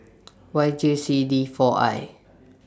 Y J C D four I